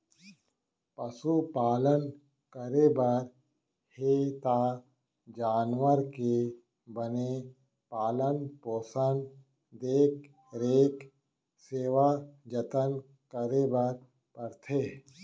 पसु पालन करे बर हे त जानवर के बने पालन पोसन, देख रेख, सेवा जनत करे बर परथे